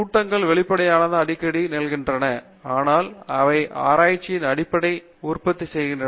கூட்டங்கள் வெளிப்படையாகவே அடிக்கடி நிகழ்கின்றன ஆனால் அவை ஆராய்ச்சியின் அடிப்படையில் உற்பத்தி செய்கின்றன